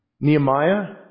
Nehemiah